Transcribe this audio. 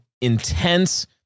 intense